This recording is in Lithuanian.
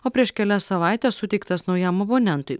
o prieš kelias savaites suteiktas naujam abonentui